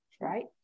right